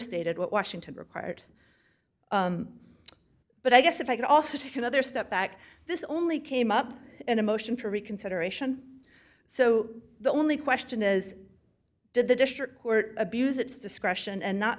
stated what washington required but i guess if i could also take another step back this only came up in a motion for reconsideration so the only question is did the district court abuse its discretion and not